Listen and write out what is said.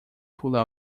pulled